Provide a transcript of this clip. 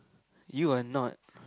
you are not